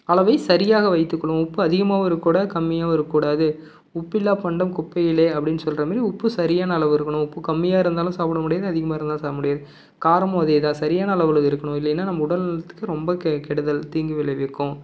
அளவை சரியாக வைத்துக்கணும் உப்பு அதிகமாகவும் இருக்கக்கூடாது கம்மியாகவும் இருக்கக்கூடாது உப்பில்லா பண்டம் குப்பையிலே அப்படின்னு சொல்கிற மாதிரி உப்பு சரியான அளவு இருக்கணும் உப்பு கம்மியாக இருந்தாலும் சாப்பிட முடியாது அதிகமாக இருந்தாலும் சாப்பிட முடியாது காரமும் அதேதான் சரியான அளவில் இருக்கணும் இல்லைன்னா நம்ம உடல்நலத்திற்கு ரொம்ப கெடுதல் தீங்கு விளைவிக்கும்